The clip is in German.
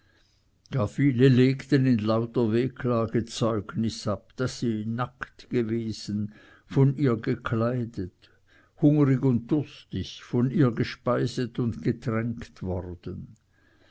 viele legten in lauter wehklage zeugnis ab daß sie nackt gewesen von ihr gekleidet hungrig und durstig von ihr gespeiset und getränkt worden